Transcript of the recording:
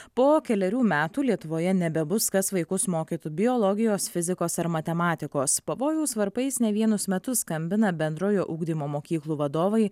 po kelerių metų lietuvoje nebebus kas vaikus mokytų biologijos fizikos ar matematikos pavojaus varpais ne vienus metus skambina bendrojo ugdymo mokyklų vadovai